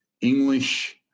English